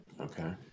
Okay